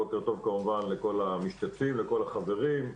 בוקר טוב כמובן לכל המשתתפים, לכל החברים.